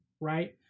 Right